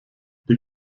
die